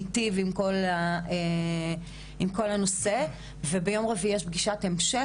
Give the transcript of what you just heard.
אני אקרא לה מתווה שייטיב עם כל הנושא וביום רביעי יש פגישת המשך,